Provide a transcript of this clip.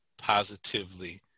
positively